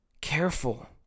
careful